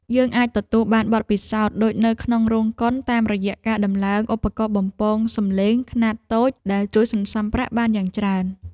យើងអាចទទួលបានបទពិសោធន៍ដូចនៅក្នុងរោងកុនតាមរយៈការដំឡើងឧបករណ៍បំពងសម្លេងខ្នាតតូចដែលជួយសន្សំប្រាក់បានយ៉ាងច្រើន។